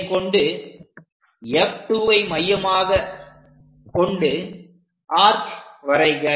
இதைக்கொண்டு F2ஐ மையமாகக் கொண்டு ஆர்க் வரைக